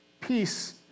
peace